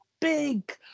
big